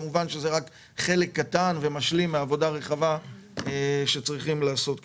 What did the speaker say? כמובן שזה רק חלק קטן ומשלים מעבודה רחבה שצריכים לעשות.